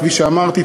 כפי שאמרתי.